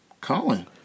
Colin